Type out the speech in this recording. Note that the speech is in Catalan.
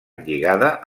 lligada